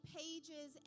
pages